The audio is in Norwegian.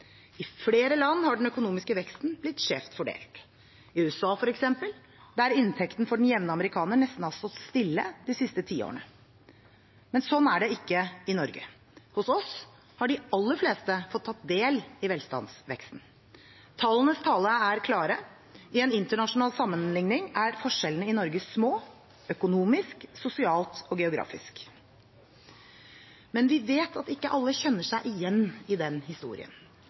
I flere land har den økonomiske veksten blitt skjevt fordelt – i USA, f.eks., der inntekten for den jevne amerikaner nesten har stått stille de siste tiårene. Slik er det ikke i Norge. Hos oss har de aller fleste fått ta del i velstandsveksten. Tallenes tale er klar: I en internasjonal sammenligning er forskjellene i Norge små – økonomisk, sosialt og geografisk. Men vi vet at ikke alle kjenner seg igjen i den historien.